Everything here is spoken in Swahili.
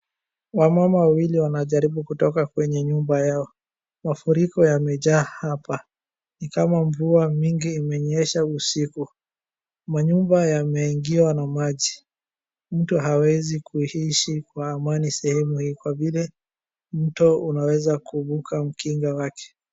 Wamama wawili wanajaribu kutoka kwenye nyumba yao. Mafuriko yamejaa hapa. Nikama mvua nyingi imenyesha usiku. Manyumba yameingiwa na maji. Mtu hawezi kuishi kwa amani sehemu hii kwa vile mto unaweza kuvuka ukingo wake.